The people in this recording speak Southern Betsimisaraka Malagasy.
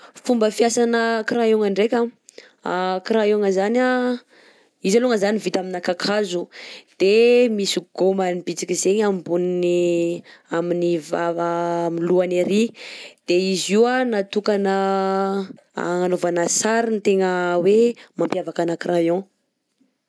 Fomba fiasana crayon ndreka: crayon zany izy alongany zany vita amina kakazo, de misy gomany bitika zegny ambony amin'ny vava amin'ny lohany arÿ, de izy io an natokana agnanovana sary ny tegna hoe mampiavakana crayon.